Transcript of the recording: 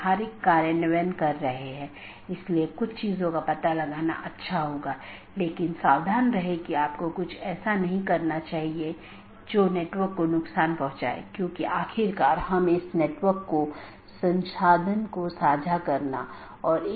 धीरे धीरे हम अन्य परतों को देखेंगे जैसे कि हम ऊपर से नीचे का दृष्टिकोण का अनुसरण कर रहे हैं